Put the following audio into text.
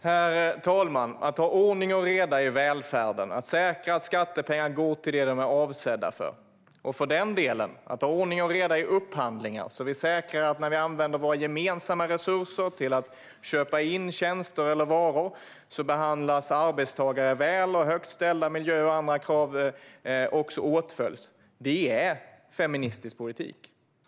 Herr talman! Att ha ordning och reda i välfärden, att säkra att skattepengar går till det de är avsedda för och, för den delen, att ha ordning och reda i upphandlingar så att vi säkrar att när vi använder våra gemensamma resurser till att köpa in tjänster eller varor leder det till att arbetstagare behandlas väl och att högt ställda miljökrav och andra krav åtföljs - det är feministisk politik.